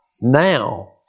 now